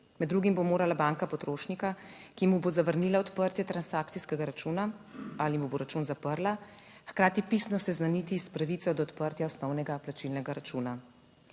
Med drugim bo morala banka potrošnika, ki mu bo zavrnila odprtje transakcijskega računa ali mu bo račun zaprla, hkrati pisno seznaniti s pravico do odprtja osnovnega plačilnega računa.